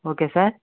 okay sir